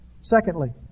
Secondly